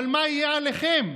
אבל מה יהיה עליכם?